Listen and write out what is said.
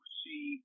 see